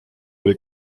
oli